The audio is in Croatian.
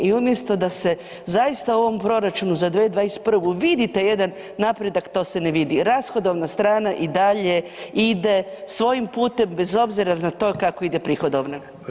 I umjesto da se zaista u ovom proračunu za 2021. vidite jedan napredak to se ne vidi, rashodovna strana i dalje ide svojim putem bez obzira na to kako ide prihodovna.